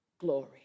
glory